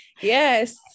Yes